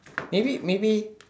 maybe maybe